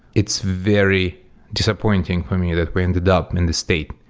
it's very disappointing for me that we ended up in this state.